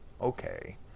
Okay